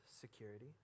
security